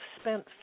spent